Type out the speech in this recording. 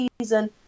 season